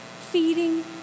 feeding